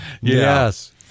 Yes